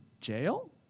jail